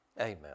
Amen